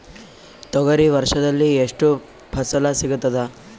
ತೊಗರಿ ವರ್ಷದಲ್ಲಿ ಎಷ್ಟು ಫಸಲ ಸಿಗತದ?